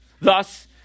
Thus